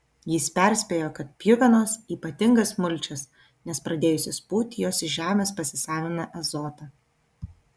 jis perspėjo kad pjuvenos ypatingas mulčias nes pradėjusios pūti jos iš žemės pasisavina azotą